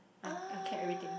I I kept everything